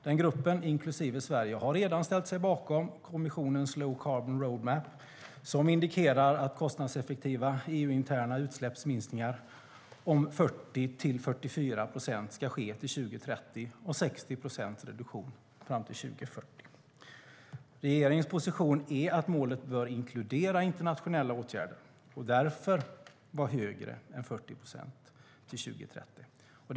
Den gruppen, inklusive Sverige, har redan ställt sig bakom kommissionens low-carbon roadmap, som indikerar att kostnadseffektiva, EU-interna utsläppsminskningar om 40-44 procent ska ske till 2030 och 60 procent reduktion fram till 2040. Regeringens position är att målet bör inkludera internationella åtgärder och därför vara högre än 40 procent till 2030.